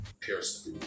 Pierce